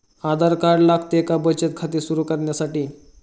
आधार card लागते का बचत खाते सुरू करण्यासाठी?